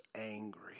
angry